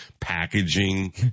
packaging